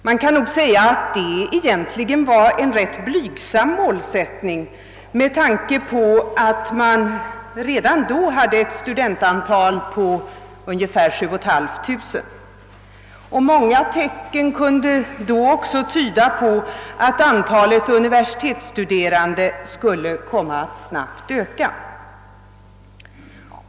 Det var egentligen en ganska blygsam målsättning med tanke på att vi redan då hade ett studentantal på ungefär 7 500. Många tecken tydde också på att antalet universitetsstuderande skulle komma att öka snabbt.